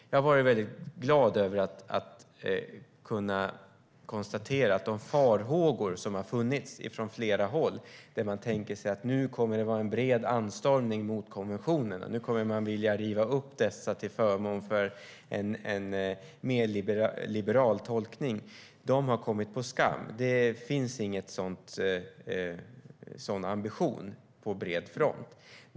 Jag har varit glad över att kunna konstatera att de farhågor som har funnits från flera håll - man tänker sig att det kommer att bli en bred anstormning mot konventionerna och att det nu kommer att finnas en vilja att riva upp dessa för en mer liberal tolkning - har kommit på skam. Det finns ingen sådan ambition på bred front.